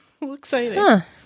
excited